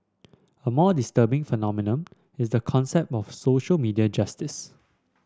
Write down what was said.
a more disturbing phenomenon is the concept of social media justice